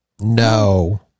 No